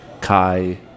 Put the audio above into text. Kai